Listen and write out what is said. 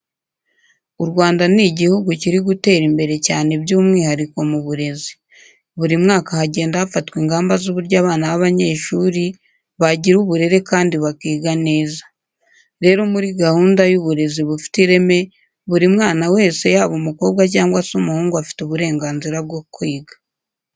U Rwanda ni igihugu kiri gutera imbere cyane by'umwihariko mu burezi. Buri mwaka hagenda hafatwa ingamba z'uburyo abana b'abanyeshuri bagira uburere kandi bakiga neza. Rero muri gahunda y'uburezi bufite ireme, buri mwana wese yaba umukobwa cyangwa se umuhungu afite uburenganzira bwo kwiga.